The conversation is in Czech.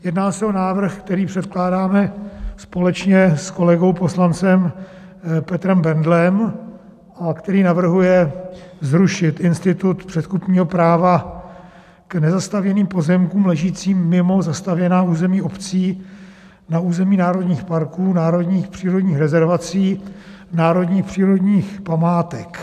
Jedná se o návrh, který předkládáme společně s kolegou poslancem Petrem Bendlem a který navrhuje zrušit institut předkupního práva k nezastavěným pozemkům ležícím mimo zastavěná území obcí na území národních parků, národních přírodních rezervací, národních přírodních památek.